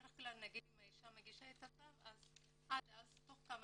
בדרך כלל אם האישה מבקשת את הצו אז תוך כמה